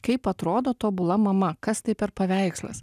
kaip atrodo tobula mama kas tai per paveikslas